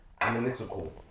analytical